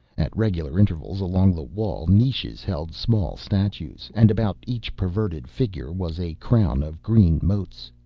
at regular intervals along the wall, niches held small statues. and about each perverted figure was a crown of green motes.